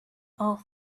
all